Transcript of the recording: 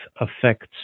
affects